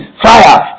Fire